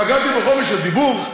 פגעתי בחופש הדיבור?